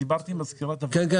ביקשתי מכם